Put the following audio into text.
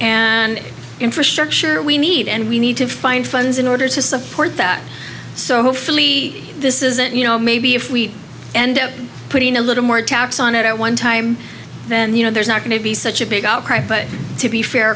and infrastructure we need and we need to find funds in order to support that so hopefully this isn't you know maybe if we end up putting a little more tax on it at one time then you know there's not going to be such a big outcry but to be fair